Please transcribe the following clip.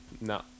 No